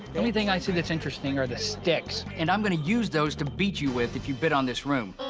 the only thing i see that's interesting are the sticks. and i'm gonna use those to beat you with if you bid on this room.